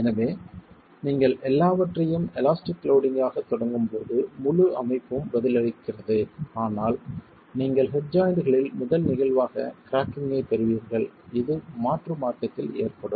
எனவே நீங்கள் எல்லாவற்றையும் எலாஸ்டிக் லோடிங் ஆகத் தொடங்கும் போது முழு அமைப்பும் பதிலளிக்கிறது ஆனால் நீங்கள் ஹெட் ஜாய்ண்ட்களில் முதல் நிகழ்வாக கிராக்கிங் பெறுவீர்கள் இது மாற்று மார்க்கத்தில் ஏற்படும்